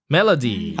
Melody